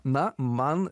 na man